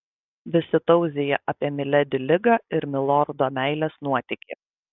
visi tauzija apie miledi ligą ir milordo meilės nuotykį